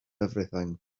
everything